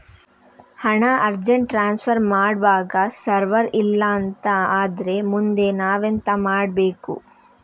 ಹಣ urgent transfer ಮಾಡ್ವಾಗ server ಇಲ್ಲಾಂತ ಆದ್ರೆ ಮುಂದೆ ನಾವೆಂತ ಮಾಡ್ಬೇಕು?